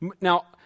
Now